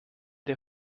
der